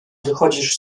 wychodzisz